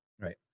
right